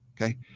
okay